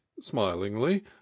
smilingly